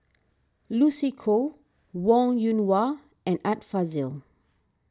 Lucy Koh Wong Yoon Wah and Art Fazil